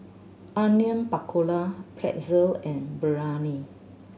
Onion Pakora Pretzel and Biryani